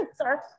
sir